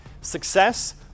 success